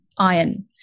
iron